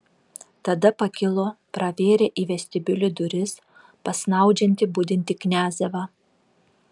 tada pakilo pravėrė į vestibiulį duris pas snaudžiantį budintį kniazevą